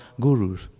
gurus